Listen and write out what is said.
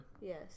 Yes